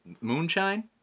Moonshine